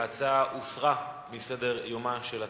ההצעה הוסרה מסדר-יומה של הכנסת.